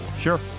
sure